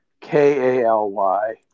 K-A-L-Y